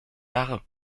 jahre